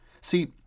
See